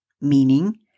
Meaning